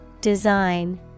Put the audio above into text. Design